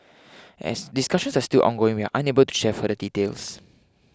as discussions are still ongoing we are unable to share further details